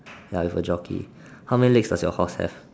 ya with a jockey how many legs does your horse have